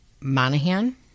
Monahan